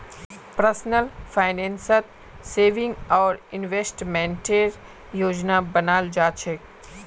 personal फाइनेंसत saving आर इन्वेस्टमेंटेर योजना बनाल जा छेक